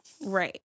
Right